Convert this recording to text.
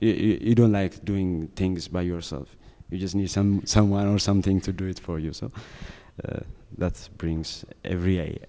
if you don't like doing things by yourself you just need some someone or something to do it for you so that's brings every